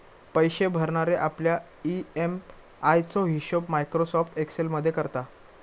पैशे भरणारे आपल्या ई.एम.आय चो हिशोब मायक्रोसॉफ्ट एक्सेल मध्ये करता